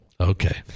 Okay